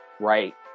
Right